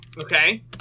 Okay